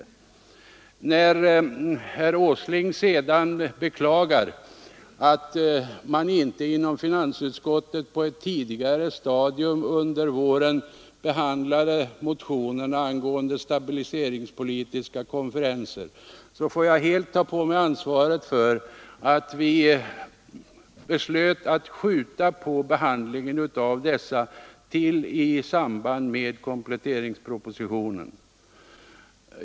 När herr Åsling sedan beklagar att man inom finansutskottet inte på ett tidigare stadium under våren behandlade motionerna angående stabiliseringspolitiska konferenser, får jag helt ta på mig ansvaret för att utskottet beslöt att skjuta på behandlingen av dessa motioner till dess vi skulle behandla kompletteringspropositionen.